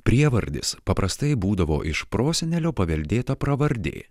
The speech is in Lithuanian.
prievardis paprastai būdavo iš prosenelio paveldėta pravardė